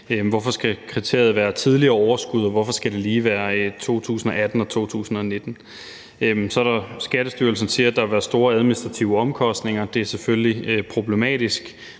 Hvorfor skal kriteriet være tidligere overskud, og hvorfor skal det lige være 2018 og 2019? Skattestyrelsen siger, at der har været store administrative omkostninger, og det er selvfølgelig problematisk.